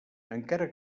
encara